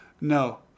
no